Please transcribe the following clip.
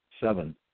seven